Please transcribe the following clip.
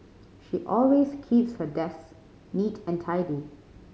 she always keeps her desks neat and tidy